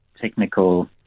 technical